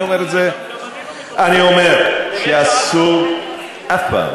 אני אומר את זה, גם אני לא, אני אומר שאסור אף פעם